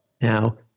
Now